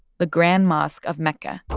the grand mosque of mecca